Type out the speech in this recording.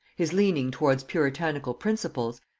his leaning towards puritanical principles,